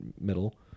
middle